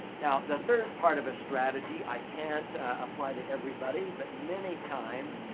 now, the third part of a strategy i can't apply to everybody. but many times,